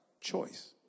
choice